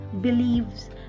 believes